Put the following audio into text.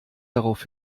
darauf